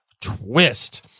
twist